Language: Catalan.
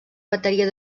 bateria